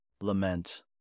lament